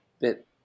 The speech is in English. bit